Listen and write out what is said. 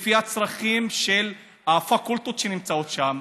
לפי הצרכים של הפקולטות שנמצאות שם.